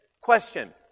question